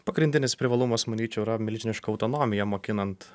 pagrindinis privalumas manyčiau yra milžiniška autonomija mokinant